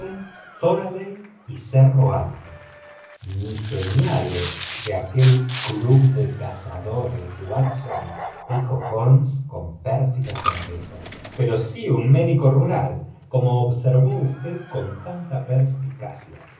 cerro alto ni señales de aquel club de cazadores wap son dijo holmes con pérfida sonrisa pero sí de un médico rural como observó usted con tanta perspicacia